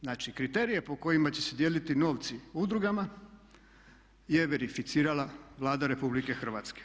Znači kriterije po kojima će se dijeliti novci udrugama je verificirala Vlada RH.